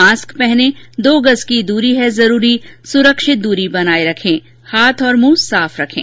mask पहनें दो गज़ की दूरी है जरूरी सुरक्षित दूरी बनाए रखें हाथ और मुंह साफ रखें